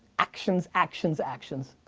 actions, actions, actions.